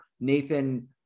Nathan